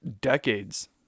decades